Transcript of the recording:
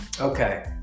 okay